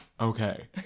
okay